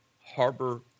harbor